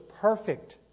perfect